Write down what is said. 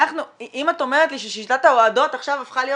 אם את אומרת לי ששיטת ההועדות עכשיו הפכה להיות